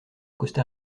costa